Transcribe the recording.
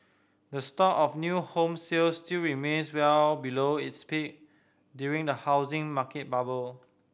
the stock of new home sales still remains well below its peak during the housing market bubble